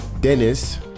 Dennis